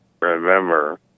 remember